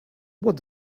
what